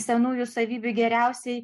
senųjų savybių geriausiai